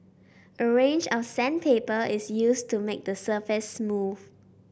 a range of sandpaper is used to make the surface smooth